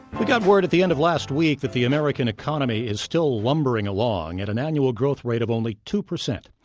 we got word at the end of last week that the american economy is still lumbering along at an annual growth rate of only two percent.